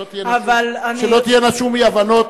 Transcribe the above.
שלא תהיינה שום אי-הבנות,